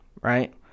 Right